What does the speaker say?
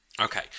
Okay